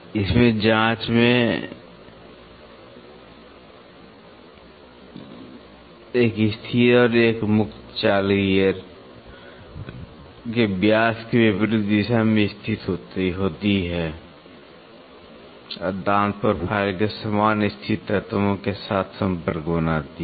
इसमें जांच में एक स्थिर और एक मुक्त चाल गियर के व्यास के विपरीत दिशा में स्थित होती है और दांत प्रोफ़ाइल के समान स्थित तत्वों के साथ संपर्क बनाती है